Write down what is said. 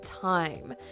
Time